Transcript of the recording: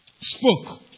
spoke